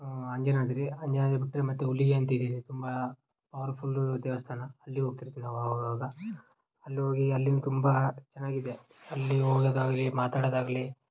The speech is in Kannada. ಅಂಜನಾದ್ರಿ ಅಂಜನಾದ್ರಿ ಬಿಟ್ಟರೆ ಮತ್ತು ಹುಲಿಗೆ ಅಂತಿದೆ ತುಂಬ ಪವರ್ಫುಲ್ಲೂ ದೇವಸ್ಥಾನ ಅಲ್ಲಿ ಹೋಗ್ತಿರ್ತೀವಿ ಅವಾಗಾವಾಗಾವಾಗ ಅಲ್ಲೋಗೀ ಅಲ್ಲಿನ ತುಂಬ ಚೆನ್ನಾಗಿದೆ ಅಲ್ಲಿ ಹೋಗೋದಾಗ್ಲೀ ಮಾತಾಡೋದಾಗ್ಲೀ